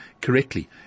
correctly